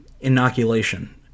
inoculation